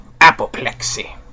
apoplexy